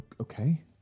Okay